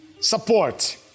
support